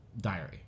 Diary